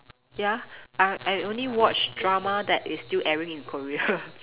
ya I I only watch drama that is still airing in Korea